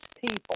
people